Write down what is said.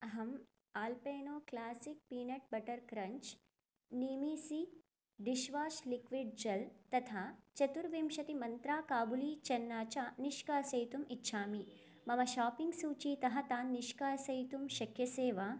अहं Alpino classic peanut butter crunch निमीसि dishwash liquid gel तथा चतुर्विंशतिमन्त्रा काबुली चन्ना च निष्कासयितुम् इच्छामि मम शाप्पिङ्ग् सूचीतः तान् निष्कासयितुं शक्यसे वा